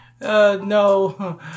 No